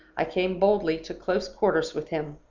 i came boldly to close quarters with him.